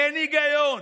אין היגיון.